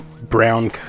brown